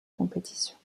compétitions